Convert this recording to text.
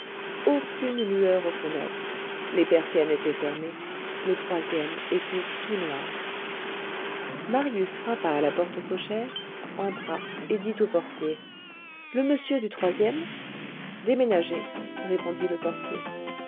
aucune lueur aux fenêtres les persiennes étaient fermées le troisième était tout noir marius frappa à la porte cochère entra et dit au portier le monsieur du troisième déménagé répondit le portier